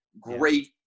Great